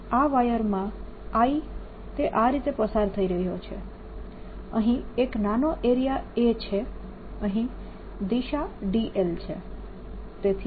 અહીં આ વાયરમાં I એ આ રીતે પસાર થઇ રહ્યો છે અહીં એક નાનો એરિયા a છે અહીં દિશા dl છે